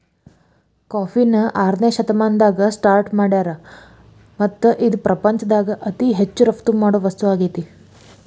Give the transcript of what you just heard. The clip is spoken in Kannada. ಕಾಫಿನ ಆರನೇ ಶತಮಾನದಾಗ ಸ್ಟಾರ್ಟ್ ಮಾಡ್ಯಾರ್ ಮತ್ತ ಇದು ಪ್ರಪಂಚದಾಗ ಅತಿ ಹೆಚ್ಚು ರಫ್ತು ಮಾಡೋ ವಸ್ತು ಆಗೇತಿ